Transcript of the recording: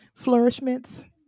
flourishments